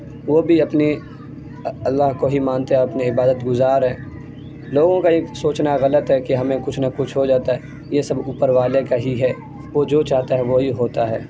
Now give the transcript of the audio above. وہ بھی اپنے اللہ کو ہی مانتے اور اپنے عبادت گزار ہیں لوگوں کا یہ سوچنا غلط ہے کہ ہمیں کچھ نہ کچھ ہو جاتا ہے یہ سب اوپر والے کا ہی ہے وہ جو چاہتا ہے وہی ہوتا ہے